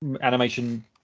animation